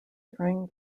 during